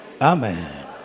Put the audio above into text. Amen